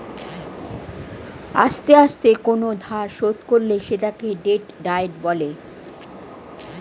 আস্তে আস্তে কোন ধার শোধ করলে সেটাকে ডেট ডায়েট বলে